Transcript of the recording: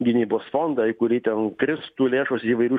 gynybos fondą į kurį ten kristų lėšos įvairių